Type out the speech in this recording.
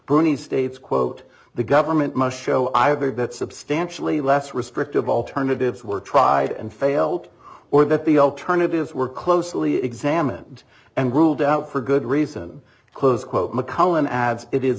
bernie's states quote the government must show either that substantially less restrictive alternatives were tried and failed or that the alternatives were closely examined and ruled out for good reason close quote mcmullen adds it is